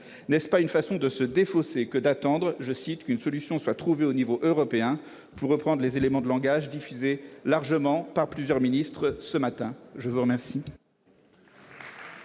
n'est-ce pas une façon de se défausser que d'attendre qu'une « solution soit trouvée au niveau européen », pour reprendre les éléments de langage diffusés largement par plusieurs ministres ce matin ? La parole